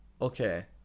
Okay